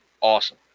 awesome